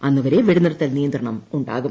അന്ന്വരെ വെടിനിർത്തിൽ നിയന്ത്രണം ഉണ്ടാകും